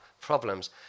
problems